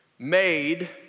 made